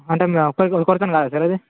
అంటే మా ఒకరి ఒకరితో కాదా సార్ అది